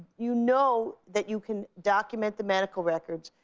you know that you can document the medical records,